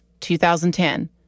2010